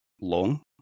long